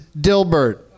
Dilbert